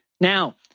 Now